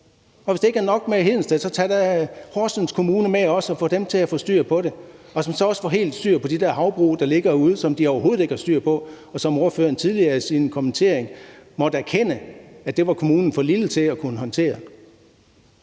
Hvis det ikke er nok med Hedensted, så tag da Horsens Kommune med også og få dem til at få styr på det også. Så kan de også få helt styr på de der havbrug, der ligger derude, som de overhovedet ikke har styr på, og som ordføreren tidligere i sin kommentar måtte erkende at kommunen var for lille til at kunne håndtere.